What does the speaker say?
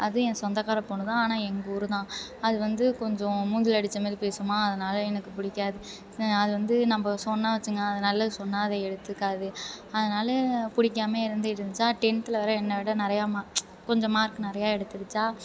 அதுவும் என் சொந்தக்கார பொண்ணு தான் ஆனால் எங்கள் ஊர் தான் அது வந்து கொஞ்சம் மூஞ்சியில் அடித்த மாரி பேசுமா அதனால் எனக்கு பிடிக்காது அது வந்து நம்ம சொன்னால் வச்சிக்கங்களேன் அது நல்லது சொன்னால் அது எடுத்துக்காது அதனால் பிடிக்காமையே இருந்துக்கிட்டுருந்துச்சா டென்த்தில் வேறு என்னை விட நிறைய மா கொஞ்சம் மார்க் நிறைய எடுத்திருச்சா